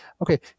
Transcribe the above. okay